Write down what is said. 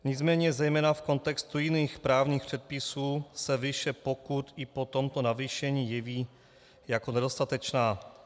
Nicméně zejména v kontextu jiných právních předpisů se výše pokut i po tomto navýšení jeví jako nedostatečná.